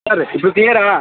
సరే ఇప్పుడు క్లియారా